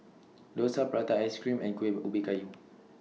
Dosa Prata Ice Cream and Kuih Ubi Kayu